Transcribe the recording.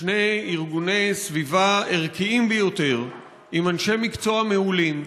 שני ארגוני סביבה ערכיים ביותר עם אנשי מקצוע מעולים,